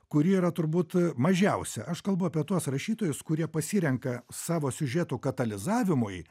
kuri yra turbūt mažiausia aš kalbu apie tuos rašytojus kurie pasirenka savo siužetų katalizavimui